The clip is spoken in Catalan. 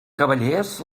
cavallers